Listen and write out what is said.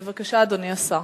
בבקשה, אדוני השר.